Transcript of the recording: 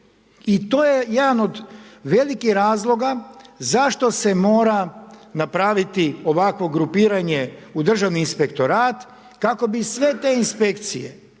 I to je jedan od velikih razloga zašto se mora napraviti ovakvo grupiranje u državni inspektorat kako bi sve te inspekcije